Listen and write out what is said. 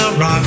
Rock